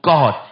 God